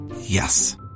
Yes